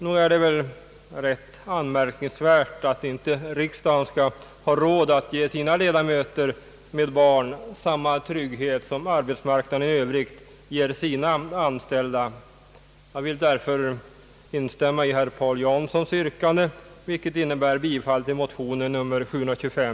Nog är det väl rätt anmärkningsvärt att riksdagen inte skall ha råd att ge sina ledamöter med barn samma trygghet som arbetsmarknaden i övrigt ger sina anställda. Jag instämmer därför i herr Paul Janssons yrkande, vilket innebär bifall till motion I: 725.